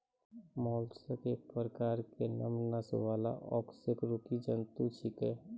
mollusc एक प्रकार के नरम नस वाला अकशेरुकी जंतु छेकै